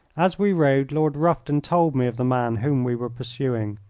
as we rode lord rufton told me of the man whom we were pursuing.